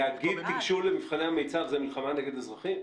להגיד "תיגשו למבחני מיצ"ב" זו מלחמה נגד אזרחים?